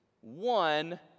one